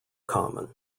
common